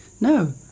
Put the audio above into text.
no